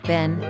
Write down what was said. Ben